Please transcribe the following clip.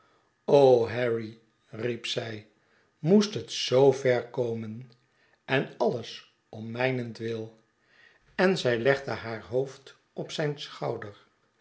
harry riep zij moest het zoo ver komen en alles om mijnentwil en zij legde haar hoofd op zijn schouder